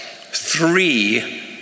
three